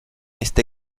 este